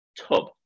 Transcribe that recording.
tub